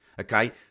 Okay